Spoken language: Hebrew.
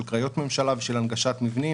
של קריות ממשלה ושל הנגשת מבנים,